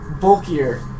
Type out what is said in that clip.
bulkier